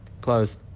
Close